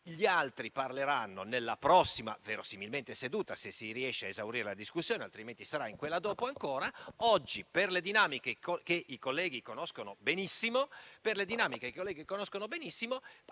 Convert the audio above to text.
gli altri parleranno verosimilmente nella prossima, se si riuscirà a esaurire la discussione, altrimenti sarà in quella dopo ancora; oggi, per le dinamiche che i colleghi conoscono benissimo,